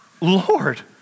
Lord